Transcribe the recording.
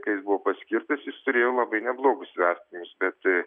kai jis buvo paskirtas jis turėjo labai neblogus vertinimus bet